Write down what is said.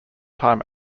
time